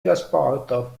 trasporto